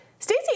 Stacey